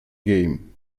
game